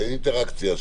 שאין אינטראקציה,